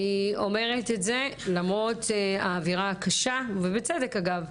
אני אומרת את זה למרות האווירה הקשה ובצדק אגב,